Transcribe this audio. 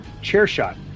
CHAIRSHOT